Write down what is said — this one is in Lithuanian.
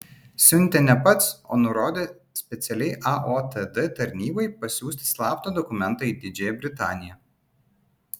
siuntė ne pats o nurodė specialiai aotd tarnybai pasiųsti slaptą dokumentą į didžiąją britaniją